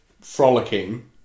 frolicking